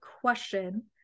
question